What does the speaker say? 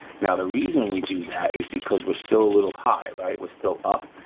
now the reason we do that is because we're still a little high, right? we're still up,